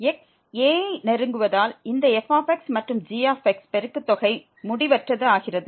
x a யை நெருங்குவதால் இந்த f மற்றும் g பெருக்குத் தொகை முடிவற்றது ஆகிறது